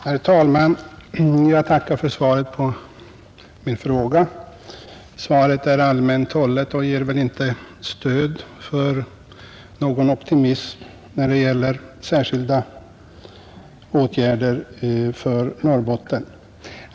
Herr talman! Jag tackar för svaret på min fråga. Svaret är allmänt hållet och ger väl inte stöd för någon optimism när det gäller särskilda åtgärder för Norrbotten.